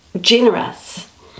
generous